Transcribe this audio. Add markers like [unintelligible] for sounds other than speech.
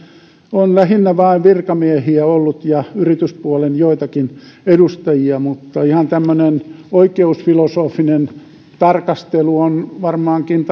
on lähinnä vain virkamiehiä ollut ja yrityspuolen joitakin edustajia mutta ihan tämmöinen oikeusfilosofinen tarkastelu on varmaankin [unintelligible]